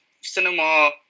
cinema